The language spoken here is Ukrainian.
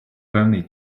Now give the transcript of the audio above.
певний